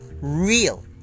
real